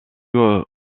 haut